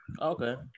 Okay